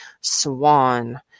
Swan